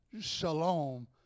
shalom